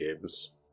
games